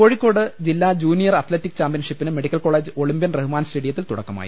കോഴിക്കോട് ജില്ലാ junior athletic ചാമ്പ്യൻഷിപ്പിന് medical college olympian Rahman സ്റ്റേഡിയത്തിൽ തുടക്ക മായി